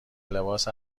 لباس